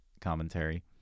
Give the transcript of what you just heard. commentary